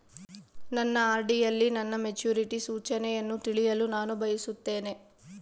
ನನ್ನ ಆರ್.ಡಿ ಯಲ್ಲಿ ನನ್ನ ಮೆಚುರಿಟಿ ಸೂಚನೆಯನ್ನು ತಿಳಿಯಲು ನಾನು ಬಯಸುತ್ತೇನೆ